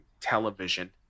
television